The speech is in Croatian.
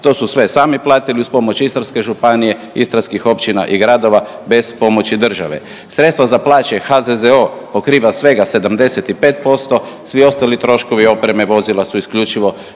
To su sve sami platili uz pomoć Istarske županije, istarskih općina i gradova bez pomoći države. Sredstva za plaće HZZO pokriva svega 75%, svi ostali troškovi opreme i vozila su isključivo